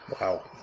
Wow